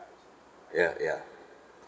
ya ya